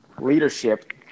leadership